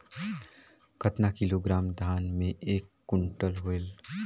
कतना किलोग्राम धान मे एक कुंटल होयल?